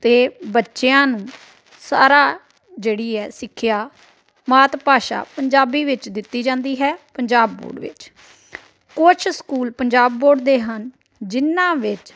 ਅਤੇ ਬੱਚਿਆਂ ਨੂੰ ਸਾਰਾ ਜਿਹੜੀ ਹੈ ਸਿੱਖਿਆ ਮਾਤ ਭਾਸ਼ਾ ਪੰਜਾਬੀ ਵਿੱਚ ਦਿੱਤੀ ਜਾਂਦੀ ਹੈ ਪੰਜਾਬ ਬੋਰਡ ਵਿੱਚ ਕੁਛ ਸਕੂਲ ਪੰਜਾਬ ਬੋਰਡ ਦੇ ਹਨ ਜਿਨ੍ਹਾਂ ਵਿੱਚ